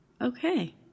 Okay